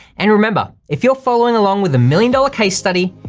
and remember, if you're following along with a million dollar case study,